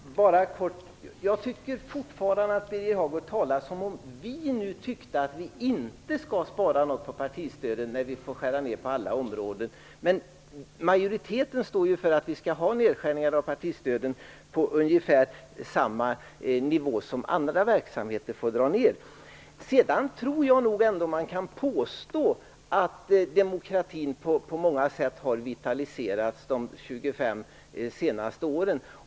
Fru talman! Jag tycker fortfarande att Birger Hagård ger uttryck för att vi inte tycker att vi skall spara något på partistödet när vi får skära ned på alla områden. Men majoriteten står ju bakom nedskärningar av partistöden på en nivå som är ungefär densamma som för andra verksamheter. Sedan tror jag nog ändå att man kan påstå att demokratin på många sätt har vitaliserats under de senaste 25 åren.